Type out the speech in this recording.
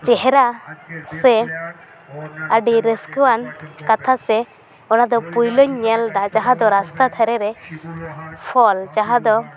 ᱪᱮᱦᱮᱨᱟ ᱥᱮ ᱟᱹᱰᱤ ᱨᱟᱹᱥᱠᱟᱹᱣᱟᱱ ᱠᱟᱛᱷᱟ ᱥᱮ ᱚᱱᱟ ᱫᱚ ᱯᱩᱭᱞᱟᱹᱧ ᱧᱮᱞ ᱮᱫᱟ ᱡᱟᱦᱟᱸ ᱫᱚ ᱨᱟᱥᱛᱟ ᱫᱷᱟᱨᱮ ᱨᱮ ᱯᱷᱚᱞ ᱡᱟᱦᱟᱸ ᱫᱚ